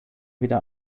wieder